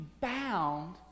bound